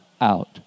out